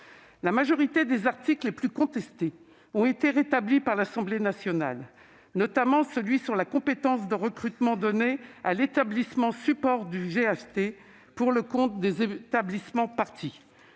La majorité des articles les plus contestés ont été rétablis par l'Assemblée nationale, notamment l'article relatif à la compétence de recrutement donnée à l'établissement support du GHT pour le compte des établissements parties.